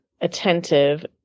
attentive